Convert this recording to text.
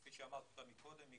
כפי שאמרתי קודם,